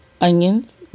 onions